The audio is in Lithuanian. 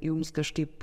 jums kažkaip